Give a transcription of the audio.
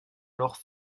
alors